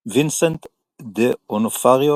וינסנט ד'אונופריו,